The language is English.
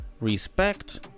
respect